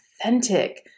authentic